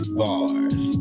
bars